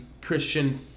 Christian